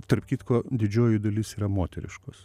tarp kitko didžioji dalis yra moteriškos